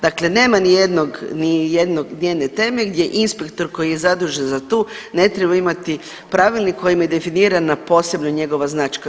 Dakle, nema ni jedne teme gdje inspektor koji je zadužen za tu ne treba imati pravilnik kojim je definirana posebno njegova značka.